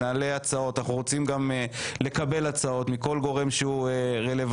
נעלה הצעות ואנחנו רוצים גם לקבל הצעות מכול גורם שהוא רלוונטי.